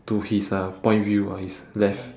to his uh point view ah his left